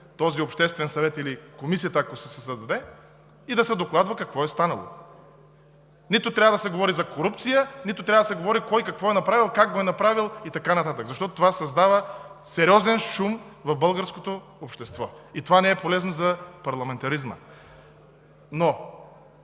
този обществен съвет, или комисията, ако се създаде, и да докладва какво е станало.“ Нито трябва да се говори за корупция, нито да се говори кой какво е направил, как го е направил и така нататък, защото това създава сериозен шум в българското общество, което не е полезно за парламентаризма.